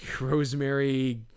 rosemary